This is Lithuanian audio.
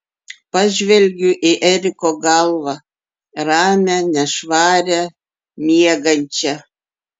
pažvelgiu į eriko galvą ramią nešvarią miegančią